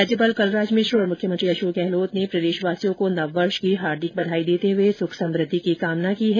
राज्यपाल कलराज मिश्र और मुख्यमंत्री अशोक गहलोत ने प्रदेशवासियों को नववर्ष की हार्दिक बधाई देते हुए सुख समृद्धि की कामना की है